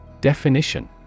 Definition